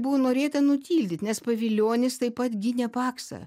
buvo norėta nutildyt nes pavilionis taip pat gynė paksą